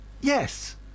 Yes